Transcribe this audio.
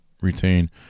retain